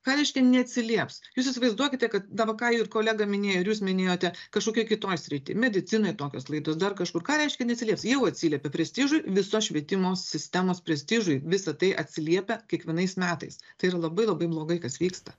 ką reiškia neatsilieps jūs įsivaizduokite kad dar vo ką ir kolega minėjo ir jūs minėjote kažkokioj kitoj srity medicinoj tokios klaidos dar kažkur ką reiškia neatsilieps jau atsiliepia prestižui visos švietimo sistemos prestižui visa tai atsiliepia kiekvienais metais tai yra labai labai blogai kas vyksta